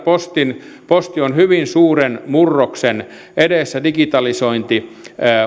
posti on hyvin suuren murroksen edessä digitalisointi